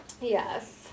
Yes